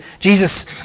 Jesus